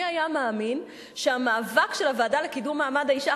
מי היה מאמין שהמאבק של הוועדה לקידום מעמד האשה,